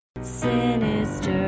Sinister